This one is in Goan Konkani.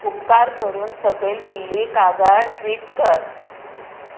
उपकार करून सकयल दिल्ली कागाळ ट्वीट कर